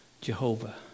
Jehovah